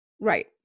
Right